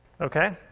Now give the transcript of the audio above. Okay